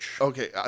Okay